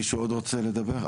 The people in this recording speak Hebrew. מישהו עוד רוצה לדבר?